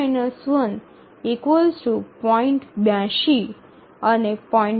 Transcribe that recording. ૮૨ અને 0